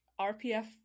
rpf